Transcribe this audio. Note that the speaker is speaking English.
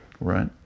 right